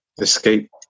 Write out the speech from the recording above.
escape